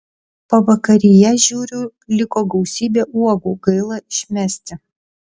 pavakaryje žiūriu liko gausybė uogų gaila išmesti